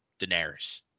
Daenerys